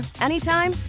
anytime